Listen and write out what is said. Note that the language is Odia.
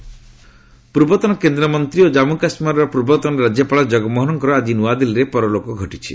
ଜଗମୋହନ ଡେଥ୍ ପୂର୍ବତନ କେନ୍ଦ୍ରମନ୍ତ୍ରୀ ଓ କାଞ୍ଚୁକାଶ୍ମୀର ପୂର୍ବତନ ରାଜ୍ୟପାଳ ଜଗମୋହନଙ୍କର ଆଜି ନୂଆଦିଲ୍ଲୀରେ ପରଲୋକ ଘଟିଛି